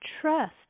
trust